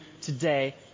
today